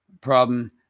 problem